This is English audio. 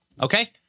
Okay